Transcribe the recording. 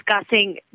discussing